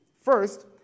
First